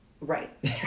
Right